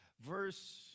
Verse